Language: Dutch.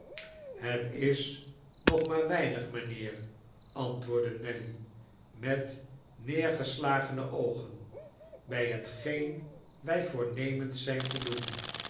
het is nog maar weinig mijnheer antwoordde nelly met neergeslagene oogen bij hetgeen wij voornemens zijn te doen